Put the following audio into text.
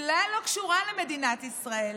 כלל לא קשורה למדינת ישראל,